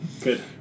Good